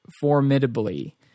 formidably